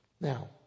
Now